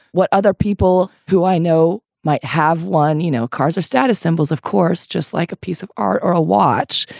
what other people who i know might have one. you know, cars are status symbols, of course, just like a piece of art or a watch.